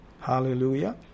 Hallelujah